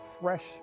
fresh